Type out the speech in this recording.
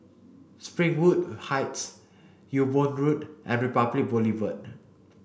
Springwood Heights Ewe Boon Road and Republic Boulevard